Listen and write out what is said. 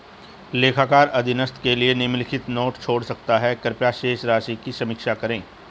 लेखाकार अधीनस्थ के लिए निम्नलिखित नोट छोड़ सकता है कृपया शेष राशि की समीक्षा करें